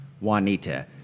Juanita